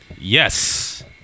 Yes